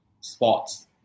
sports